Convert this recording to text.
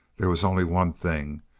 there was only one thing,